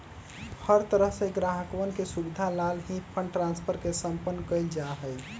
हर तरह से ग्राहकवन के सुविधा लाल ही फंड ट्रांस्फर के सम्पन्न कइल जा हई